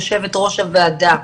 יושבת ראש הוועדה.